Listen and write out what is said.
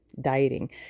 dieting